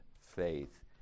faith